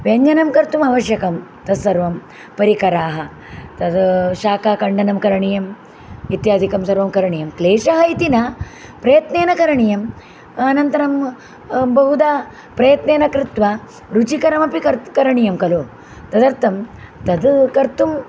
व्यञ्जनं कर्तुम् अवश्यकं तत्सर्वं परिकराः तत् शाकाखण्डनं करणीयम् इत्यादिकं सर्वं करणीयं क्लेशः इति न प्रयत्नेन करणीयम् अनन्तरं बहुधा प्रयत्नेन कृत्वा रुचिकरमपि कर् करणीयं खलु तदर्थं तत् कर्तुं